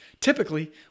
typically